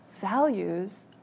values